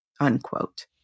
unquote